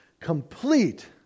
complete